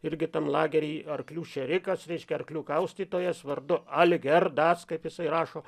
irgi tam lagery arklių šėrikas reiškia arkliu kaustytojas vardu algerdas kaip jisai rašo